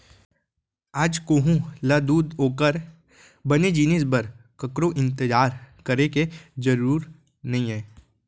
आज कोहूँ ल दूद ओकर बने जिनिस बर ककरो इंतजार करे के जरूर नइये